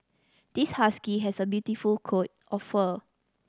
this husky has a beautiful coat of fur